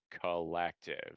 collective